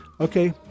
Okay